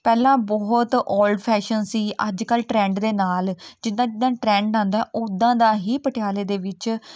ਪਹਿਲਾਂ ਬਹੁਤ old fashion ਸੀ ਅੱਜ ਕੱਲ੍ਹ ਟਰੈਂਡ ਨੇ ਨਾਲ ਜਿੱਦਾਂ ਜਿੱਦਾਂ ਟਰੈਂਡ ਆਉਂਦਾ ਉੱਦਾਂ ਦਾ ਹੀ ਪਟਿਆਲੇ ਦੇ ਵਿੱਚ